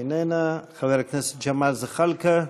איננה, חבר הכנסת ג'מאל זחאלקה,